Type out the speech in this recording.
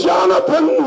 Jonathan